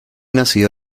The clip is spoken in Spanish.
nació